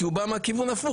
כי הוא בא מהכיוון ההפוך,